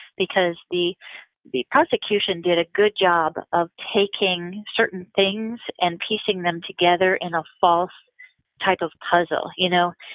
because the the prosecution did a good job of taking certain things and piecing them together in a false type of puzzle. you know,